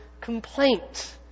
complaint